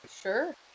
Sure